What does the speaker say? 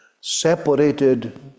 separated